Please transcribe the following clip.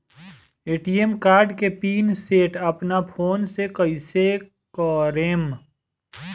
ATM card के pin set अपना phone से कइसे करेम?